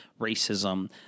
racism